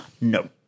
No